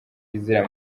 izira